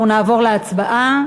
אנחנו נעבור להצבעה.